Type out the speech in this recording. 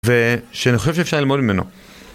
ושאני חושב שאפשר ללמוד ממנו.